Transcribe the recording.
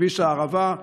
כביש הערבה.